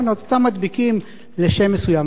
אז אותם מדביקים לשם מסוים.